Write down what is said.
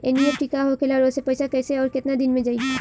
NEFT का होखेला और ओसे पैसा कैसे आउर केतना दिन मे जायी?